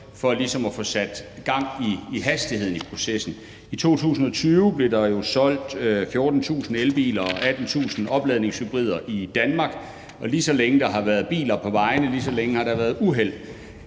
for ligesom at få sat gang i hastigheden i processen. I 2020 blev der jo solgt 14.000 elbiler og 18.000 opladningshybrider i Danmark. Og lige så længe der har været biler på vejene, lige så længe har der været uheld.